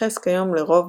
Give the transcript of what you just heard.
מתייחס כיום לרוב